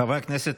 חברי הכנסת,